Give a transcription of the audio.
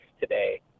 today